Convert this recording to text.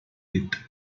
with